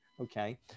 Okay